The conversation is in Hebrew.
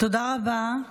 תודה רבה.